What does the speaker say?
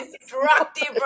destructive